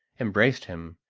embraced him,